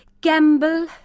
Gamble